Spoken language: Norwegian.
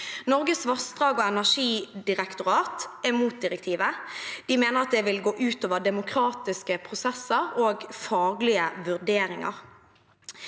Norges vassdrags- og energidirektorat er mot direktivet. De mener at det vil gå ut over demokratiske prosesser og faglige vurderinger.